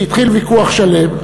התחיל ויכוח שלם,